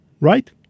right